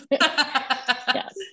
Yes